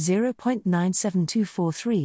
0.97243